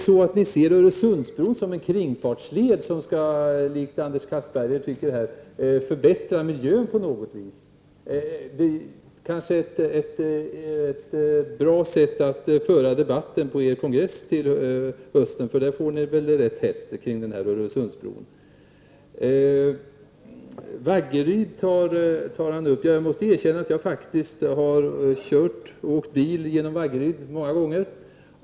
Ser ni Öresundsbron som en kringfartsled som, vilket Anders Castberger tycker, skall förbättra miljön på något vis? Det kanske är ett bra sätt att föra debatten på vid er kongress till hösten. Där får ni det väl rätt hett i fråga om den här Öresundsbron. Olle Östrand nämnde Vaggeryd. Jag måste erkänna att jag faktiskt har åkt bil genom Vaggeryd många gånger.